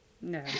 No